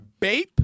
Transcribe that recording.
BAPE